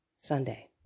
Sunday